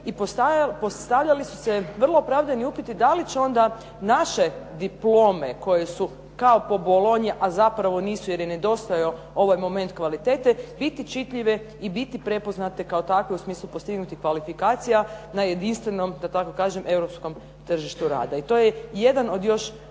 i postavljali su se vrlo opravdani upiti da li će onda naše diplome koje su kao po Bolonji, a zapravo nisu jer je nedostajao ovaj moment kvalitete, biti čitljive i biti prepoznate kao takve u smislu postignutih kvalifikacija na jedinstvenom da tako kažem europskom tržištu rada. I to je jedan od još